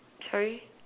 sorry